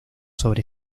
sobre